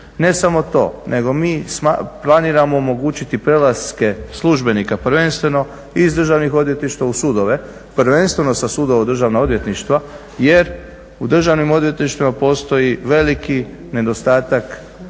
Ne samo to nego mi planiramo omogućiti prelaske službenika prvenstveno iz državnih odvjetništva u sudove prvenstveno sa sudova u državna odvjetništva jer u državnim odvjetništvima postoji veliki nedostatak